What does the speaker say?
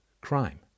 crime